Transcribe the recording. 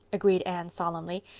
agreed anne solemnly.